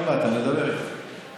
עוד מעט אני אדבר על זה.